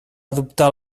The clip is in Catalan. adoptar